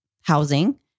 housing